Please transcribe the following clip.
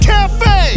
Cafe